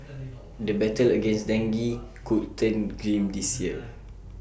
the battle against dengue could turn grim this year